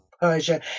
persia